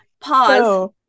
Pause